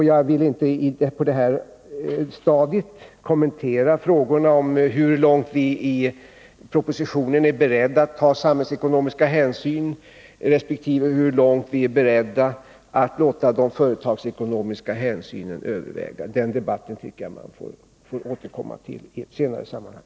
Jag vill inte på det här stadiet kommentera frågorna om hur långt vi i propositionen är beredda att gå då det gäller samhällsekonomiska hänsyn resp. hur långt vi är beredda att låta de företagsekonomiska hänsynen överväga. Den debatten tycker jag vi får återkomma till i ett senare sammanhang.